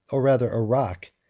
or rather a rock,